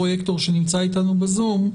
הפרויקטור שנמצא אתנו ב-זום,